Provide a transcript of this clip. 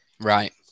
Right